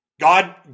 God